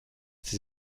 sie